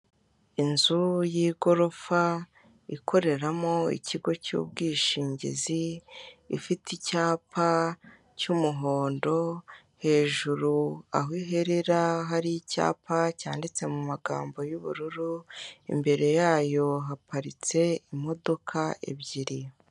Inzu y'igorofa ikoreramo ikigo cy'ubwishingizi ifite icyapa cy'umuhondo, hejuru aho iherera hari icyapa cyanditse mu magambo y'ubururu, imbere yayo haparitse imodoka ebyiri.